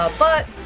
ah but,